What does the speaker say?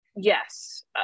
Yes